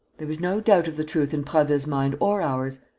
there was no doubt of the truth in prasville's mind or ours.